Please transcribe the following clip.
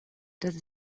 dass